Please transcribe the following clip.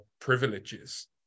privileges